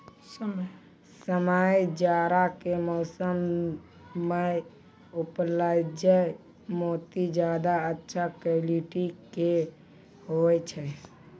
समय जाड़ा के मौसम मॅ उपजैलो मोती ज्यादा अच्छा क्वालिटी के होय छै